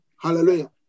Hallelujah